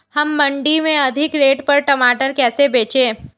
हम मंडी में अधिक रेट पर टमाटर कैसे बेचें?